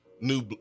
New